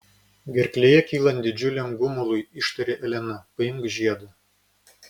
gerklėje kylant didžiuliam gumului ištarė elena paimk žiedą